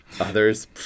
Others